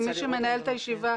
מי שמנהל את הישיבה,